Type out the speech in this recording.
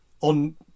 On